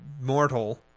mortal